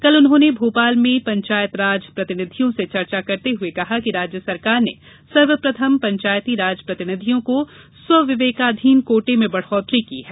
कल उन्होंने भोपाल में पंचायतराज प्रतिनिधियों से चर्चा करते हुए कहा कि राज्य सरकार ने सर्वप्रथम पंचायती राज प्रतिनिधियों को स्वविवेकाधीन कोटे में बढ़ोतरी की है